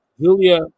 Julia